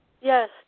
Yes